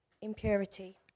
impurity